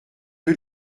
peu